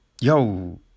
yo